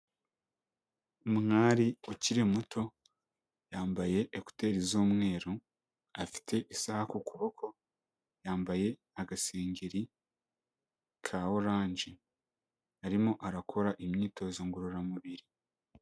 Umwari ukiri muto, yambaye ekuteri z'umweru, afite isaha ku kuboko, yambaye agasengeri ka oranje. Arimo arakora imyitozo ngororamubiri.